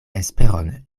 esperon